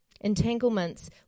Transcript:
Entanglements